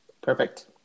Perfect